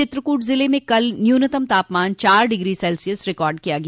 चित्रकूट जिल में कल न्यूनतम तापमान चार डिग्री सेल्सियस रिकार्ड किया गया